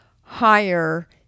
higher